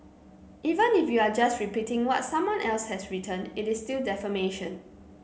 even if you are just repeating what someone else has written it is still defamation